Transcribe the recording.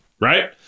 right